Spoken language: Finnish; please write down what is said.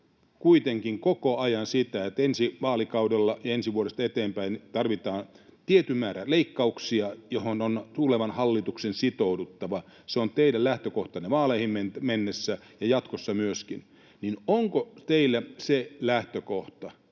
kuitenkin koko ajan sitä, että ensi vaalikaudella ja ensi vuodesta eteenpäin tarvitaan tietty määrä leikkauksia, joihin on tulevan hallituksen sitouduttava — se on teidän lähtökohtanne vaaleihin mennessä ja jatkossa myöskin — niin onko teillä se lähtökohta